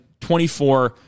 24